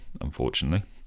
unfortunately